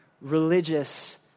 religious